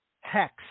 hex